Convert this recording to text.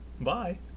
Bye